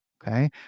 Okay